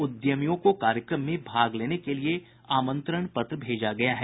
उद्यमियों को कार्यक्रम में भाग लेने के लिए आमंत्रण पत्र भेजा गया है